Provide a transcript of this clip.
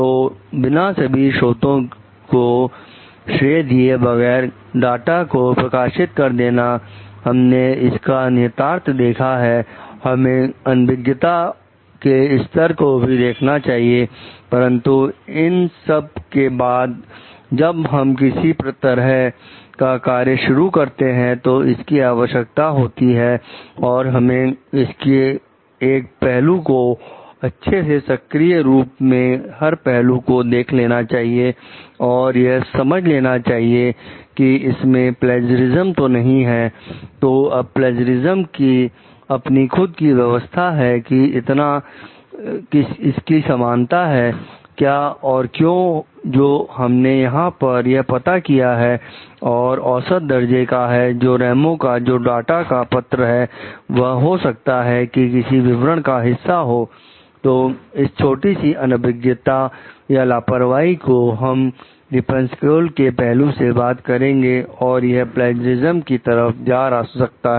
तो अब प्लजरीजम की तरफ जा सकता है